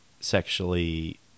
sexually